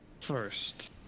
first